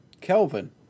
Kelvin